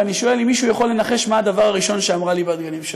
ואני שואל אם מישהו יכול לנחש מה הדבר הראשון שאמרה לי בת גלים שער.